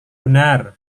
benar